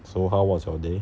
so how was your day